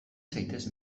zaitez